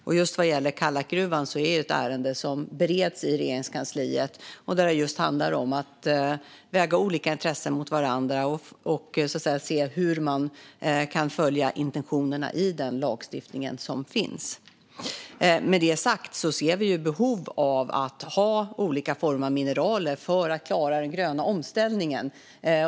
När det gäller Kallakgruvan är detta ett ärende som bereds i Regeringskansliet, där det handlar om just att väga olika intressen mot varandra och se hur man kan följa intentionerna i den lagstiftning som finns. Med detta sagt ser vi behov av att ha olika former av mineraler för att klara den gröna omställningen.